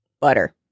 butter